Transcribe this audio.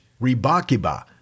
Ribakiba